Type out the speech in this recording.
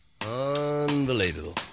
Unbelievable